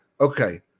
Okay